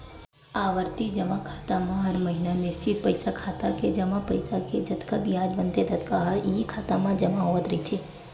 आवरती जमा खाता म हर महिना निस्चित पइसा खाता के जमा पइसा के जतका बियाज बनथे ततका ह इहीं खाता म जमा होवत रहिथे